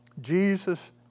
Jesus